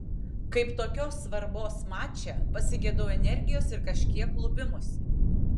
kaip tokios svarbos mače pasigedau energijos ir kažkiek lupimosi